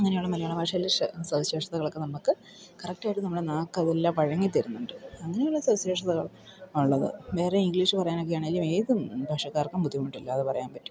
അങ്ങനെയുള്ള മലയാള ഭാഷയിൽ സവിശേഷതളൊക്കെ നമുക്ക് കറക്റ്റായിട്ട് നമ്മുടെ നാക്കതെല്ലാം വഴങ്ങി തരുന്നുണ്ട് അങ്ങനെയുള്ള സവിശേഷതകൾ ഉള്ളത് വേറെ ഇംഗ്ലീഷ് പറയാനൊക്കെയാണെങ്കിലും ഏതു ഭാഷക്കാർക്കും ബുദ്ധിമുട്ടില്ലാതെ പറയാൻ പറ്റും